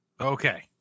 okay